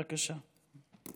בבקשה.